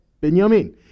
Benjamin